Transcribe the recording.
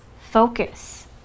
focus